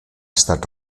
estat